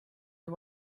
you